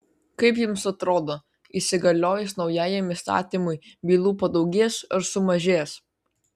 kaip jums atrodo įsigaliojus naujajam įstatymui bylų padaugės ar sumažės